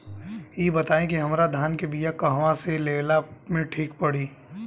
इ बताईं की हमरा धान के बिया कहवा से लेला मे ठीक पड़ी?